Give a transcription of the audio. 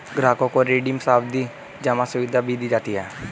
ग्राहकों को रिडीम सावधी जमा सुविधा भी दी जाती है